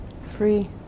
Free